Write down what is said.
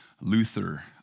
Luther